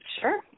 Sure